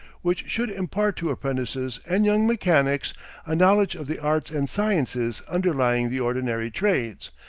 which should impart to apprentices and young mechanics a knowledge of the arts and sciences underlying the ordinary trades,